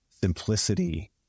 simplicity